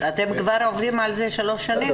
אתם כבר עובדים על זה שלוש שנים.